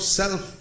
self